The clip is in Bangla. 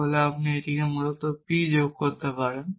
তবে আপনি এটিতে মূলত p যোগ করতে পারেন